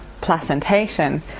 placentation